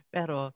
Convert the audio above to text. Pero